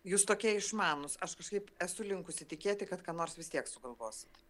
jūs tokie išmanūs aš kažkaip esu linkusi tikėti kad ką nors vis tiek sugalvosit